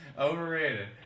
Overrated